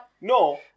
No